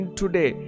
today